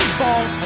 fall